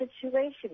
situation